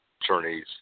attorneys